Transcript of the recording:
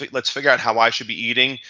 let's figure out how i should be eating.